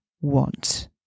want